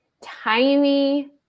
tiny